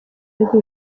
ibihugu